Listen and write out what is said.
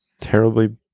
terribly